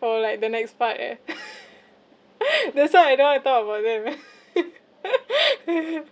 for like the next part eh that's why I don't want to talk about that man